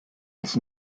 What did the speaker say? has